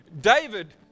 David